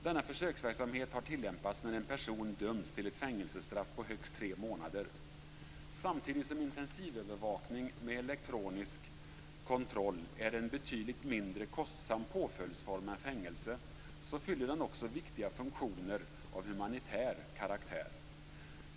Denna försöksverksamhet har tillämpats när en person dömts till ett fängelsestraff på högst tre månader. Samtidigt som intensivövervakning med elektronisk kontroll är en betydligt mindre kostsam påföljdsform än fängelse fyller den också viktiga funktioner av humanitär karaktär.